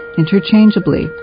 interchangeably